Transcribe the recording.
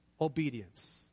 obedience